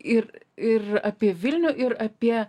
ir ir apie vilnių ir apie